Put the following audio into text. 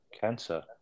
cancer